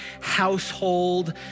household